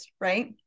right